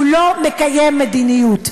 הוא לא מקיים מדיניות.